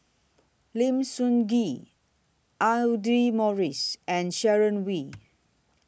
Lim Sun Gee Audra Morrice and Sharon Wee